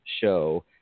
show